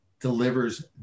delivers